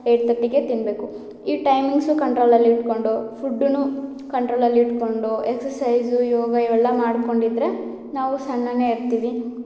eight ತರ್ಟಿಗೆ ತಿನ್ಬೇಕು ಈ ಟೈಮಿಂಗ್ಸು ಕಂಟ್ರೋಲಲ್ಲಿ ಇಟ್ಕೊಂಡು ಫುಡ್ಡನ್ನು ಕಂಟ್ರೋಲಲ್ಲಿ ಇಟ್ಕೊಂಡು ಎಕ್ಸರ್ಸೈಝು ಯೋಗ ಇವೆಲ್ಲ ಮಾಡ್ಕೊಂಡಿದ್ದರೆ ನಾವು ಸಣ್ಣ ಇರ್ತೀವಿ